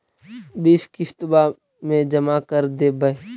बिस किस्तवा मे जमा कर देवै?